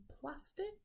plastic